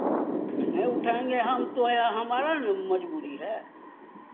नहीं उठाएँगे हम तो यह हमारा ना मज़बूरी है